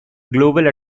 global